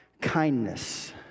kindness